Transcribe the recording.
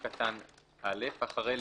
הצעת רשות המים בסעיף קטן (א), אחרי "לקבוצות"